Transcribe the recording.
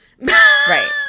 Right